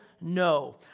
no